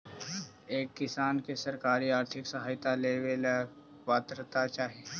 एक किसान के सरकारी आर्थिक सहायता लेवेला का पात्रता चाही?